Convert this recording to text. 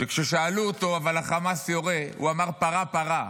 שכששאלו אותו: אבל החמאס יורה, הוא אמר: פרה-פרה